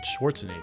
Schwarzenegger